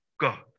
God